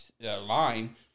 line